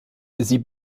sie